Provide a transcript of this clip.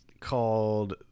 called